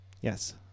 yes